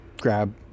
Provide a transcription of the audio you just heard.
grab